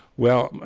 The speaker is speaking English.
well,